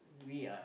we are